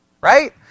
right